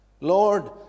Lord